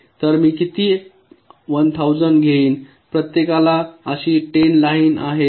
तर मी किती 1000 घेईन प्रत्येकाला अशी 10 लाइन आहेत